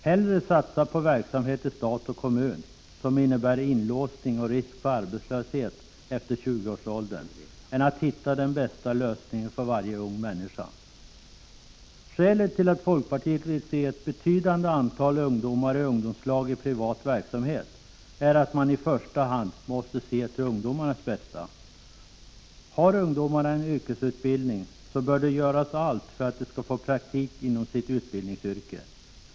Hellre vill man satsa på verksamhet i stat och kommun, som innebär inlåsning och risk för arbetslöshet efter 20-årsåldern, än försöka hitta den bästa lösningen för varje ung människa. Skälet till att folkpartiet vill se ett betydande antal ungdomar i ungdomslag i privat verksamhet är att man i första hand måste se till ungdomarnas bästa. Har de en yrkesutbildning, bör allt göras för att de skall få praktik inom det yrke de utbildat sig för.